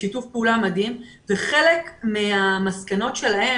בשיתוף פעולה מדהים וחלק מהמסקנות שלהם,